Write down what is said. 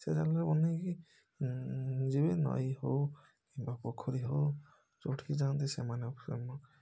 ସେ ସମୟରେ ବନେଇକି ଯିବେ ନଈ ହଉ କିମ୍ୱା ପୋଖରୀ ହଉ ଯେଉଁଠିକି ଯାଆନ୍ତି ସେମାନେ ସବୁ